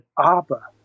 Abba